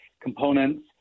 components